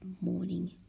morning